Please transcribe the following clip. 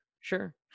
Sure